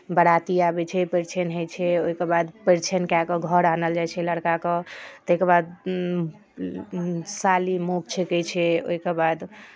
बराती आबै छै परिछनि होइ छै ओहिके बाद परिछनि कए कऽ घर आनल जाइ छै लड़काकेँ ताहिके बाद साली मौक छेकैत छै ओहिके बाद